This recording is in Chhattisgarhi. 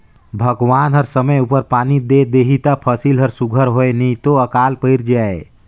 भगवान हर समे उपर पानी दे देहे ता फसिल हर सुग्घर होए नी तो अकाल पइर जाए